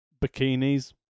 bikinis